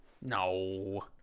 No